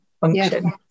function